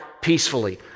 peacefully